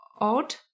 odd